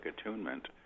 attunement